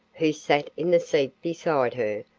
who sat in the seat beside her,